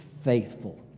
faithful